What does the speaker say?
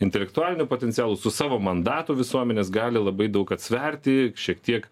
intelektualiniu potencialu su savo mandato visuomenės gali labai daug atsverti šiek tiek